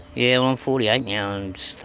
yeah. i'm forty eight now and